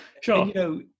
Sure